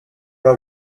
are